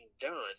done